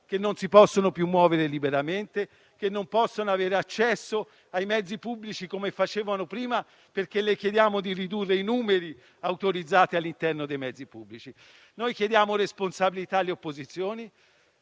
che non si possono più muovere liberamente, che non possono avere accesso ai mezzi pubblici come facevano prima, perché le chiediamo di ridurre i numeri autorizzati al loro interno. Noi chiediamo responsabilità alle opposizioni,